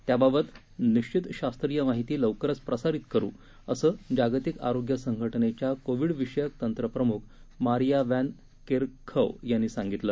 त्याबाबत निश्वित शास्त्रीय माहिची लवकरत प्रसारित करु इसं जागतिक आरोग्य संघटनेच्या कोविडविषयक तंत्रप्रमुख मारिया व्हॅन केरखव यांनी सांगितलं